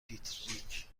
دیتریک